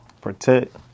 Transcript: protect